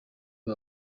uyu